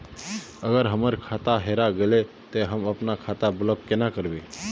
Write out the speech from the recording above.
अगर हमर खाता हेरा गेले ते हम अपन खाता ब्लॉक केना करबे?